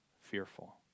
fearful